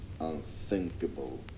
unthinkable